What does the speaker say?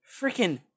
freaking